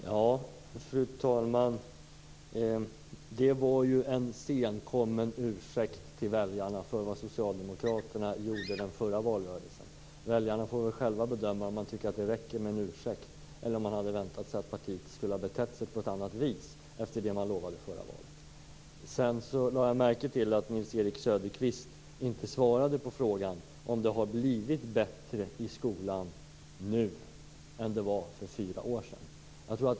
Fru talman! Det var en senkommen ursäkt till väljarna för vad socialdemokraterna gjorde i den förra valrörelsen. Väljarna får själva bedöma om de tycker att det räcker med en ursäkt eller om de hade väntat sig att partiet skulle ha betett sig på ett annat vis efter det man lovade inför förra valet. Jag lade märke till att Nils-Erik Söderqvist inte svarade på frågan om det har blivit bättre i skolan nu än det var för fyra år sedan.